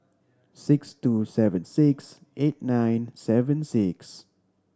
six two seven six eight nine seven six